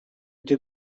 gdzie